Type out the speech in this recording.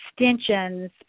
extensions